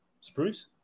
Spruce